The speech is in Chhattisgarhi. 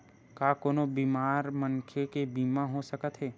का कोनो बीमार मनखे के बीमा हो सकत हे?